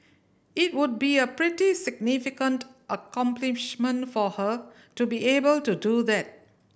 it would be a pretty significant accomplishment for her to be able to do that